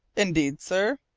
indeed, sir?